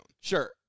Sure